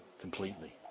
completely